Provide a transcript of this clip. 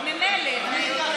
אז ממילא, אני אעלה